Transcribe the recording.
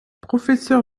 professeur